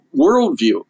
worldview